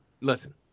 Listen